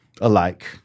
alike